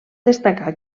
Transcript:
destacar